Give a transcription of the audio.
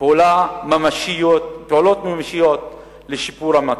פעולות ממשיות לשיפור המצב".